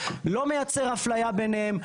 לא מייצר אפליה ביניהם.